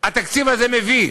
התקציב הזה מביא?